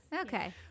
Okay